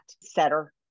setter